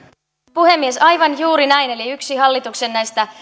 puhemies aivan juuri näin eli yksi hallituksen